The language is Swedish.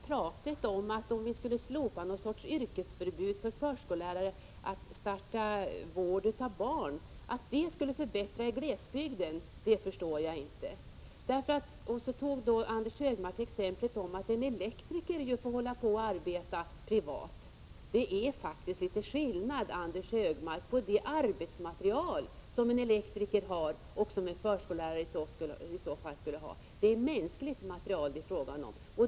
Talet om att det skulle förbättra situationen i glesbygden om vi skulle slopa vad Anders G Högmark kallar för yrkesförbudet för förskollärare att starta eget för vård av barn förstår jag inte. Anders G Högmark anförde som exempel att en elektriker ju får arbeta privat. Det är faktiskt litet skillnad, Anders G Högmark, på det arbetsmaterial som en elektriker och en förskollärare i så fall har — här är det mänskligt material det är fråga om.